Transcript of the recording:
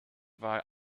war